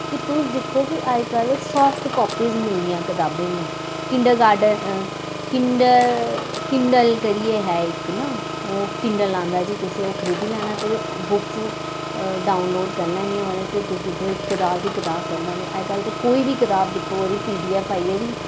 कि तुस दिक्खो कि अजकल्ल साफट कापिस मिलदियां कताबें दियां किंडल गार्डन किंडर किंडल करियै है इक ना ओह् किंडल आंदा जी तुसें ओह् खरीदी लैना ते बुक्स डाउनलोड करी लैनियां ओह्दे च तुस उत्थे कताब दी कताब पढ़ी लैन्ने अजकल्ल ते कोई वी कताब दिक्खो ओह्दी पी डी एफ आई गेदी